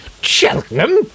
Cheltenham